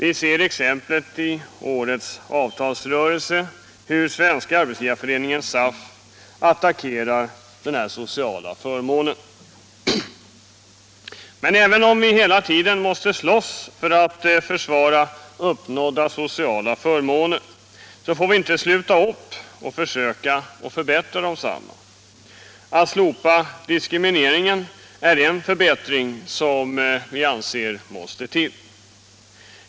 I årets avtalsrörelse ser vi exempelvis hur Svenska arbetsgivareföreningen — SAF -— attackerar denna sociala förmån. Men även om vi hela tiden måste slåss för att försvara uppnådda sociala förmåner får vi inte sluta upp att försöka förbättra desamma. Att slopa diskrimineringen är en förbättring som vi anser måste till.